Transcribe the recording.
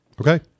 Okay